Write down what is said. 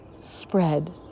spread